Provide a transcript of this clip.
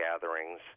gatherings